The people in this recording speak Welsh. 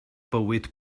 bywyd